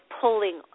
pulling